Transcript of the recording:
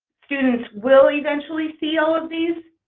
students will eventually see all of these.